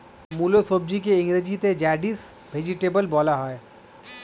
মুলো সবজিকে ইংরেজিতে র্যাডিশ ভেজিটেবল বলা হয়